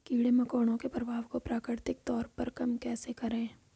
कीड़े मकोड़ों के प्रभाव को प्राकृतिक तौर पर कम कैसे करें?